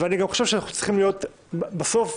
בסוף,